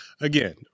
again